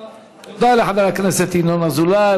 תודה לחבר הכנסת ינון אזולאי.